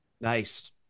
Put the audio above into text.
Nice